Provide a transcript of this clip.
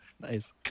Nice